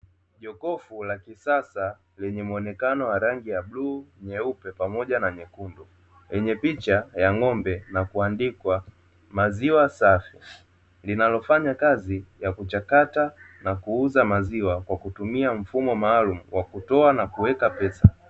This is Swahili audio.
Jokofu la kisasa lenye muonekano wa rangi ya bluu, nyeupe pamoja na nyekundu. Yenye picha ya ng’ombe na kuandikwa maziwa safi, linalofanya kazi ya kuchakata na kuuza maziwa, kwa kutumia mfumo maalumu, wa kutoa na kuweka pesa.